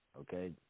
Okay